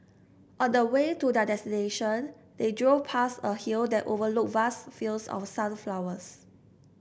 on the way to their destination they drove past a hill that overlooked vast fields of sunflowers